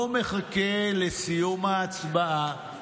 לא מחכה לסיום ההצבעה,